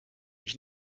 ich